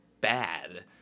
bad